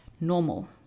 normal